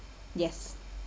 yes